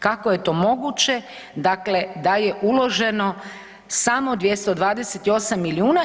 Kako je to moguće dakle da je uloženo samo 228 milijuna?